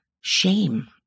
shame